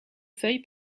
feuilles